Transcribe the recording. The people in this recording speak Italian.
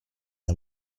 dal